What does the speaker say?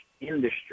industry